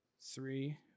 three